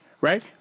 right